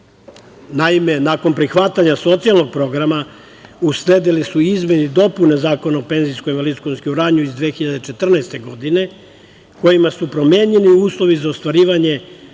tri. Naime, nakon prihvatanja socijalnog programa, usledile su izmene i dopune Zakona o penzijskom i invalidskom osiguranju iz 2014. godine, kojima su promenjeni uslovi za ostvarivanje